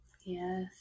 yes